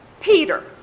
Peter